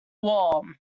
warm